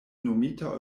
nomita